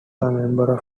member